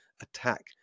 attack